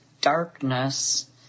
darkness